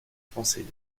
français